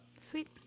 Sweet